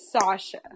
Sasha